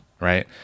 right